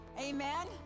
amen